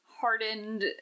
hardened